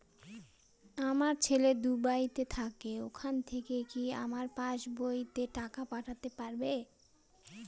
আমার ছেলে দুবাইতে থাকে ওখান থেকে কি আমার পাসবইতে টাকা পাঠাতে পারবে?